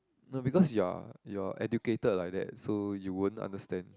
no because you are you are educated like that so you won't understand